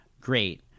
great